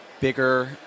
Bigger